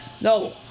No